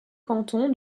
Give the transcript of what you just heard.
canton